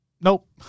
Nope